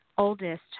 oldest